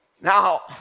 Now